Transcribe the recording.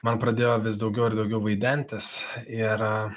man pradėjo vis daugiau ir daugiau vaidentis ir